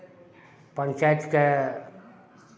पञ्चायतके